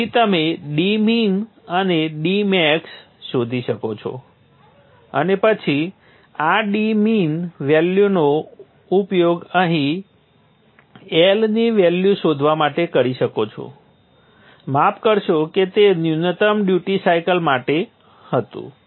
તેથી તમે dmin અને dmax શોધી શકો છો અને પછી આ dmin વેલ્યુનો ઉપયોગ અહીં L ની વેલ્યુ શોધવા માટે કરી શકો છો માફ કરશો કે તે ન્યૂનતમ ડ્યુટી સાયકલ માટે હતું